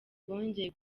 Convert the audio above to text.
bongeye